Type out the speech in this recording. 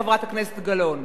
חברת הכנסת גלאון,